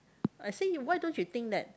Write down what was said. I say why don't you think that